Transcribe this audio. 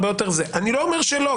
אני לא אומר שלא.